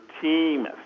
team